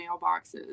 mailboxes